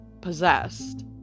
possessed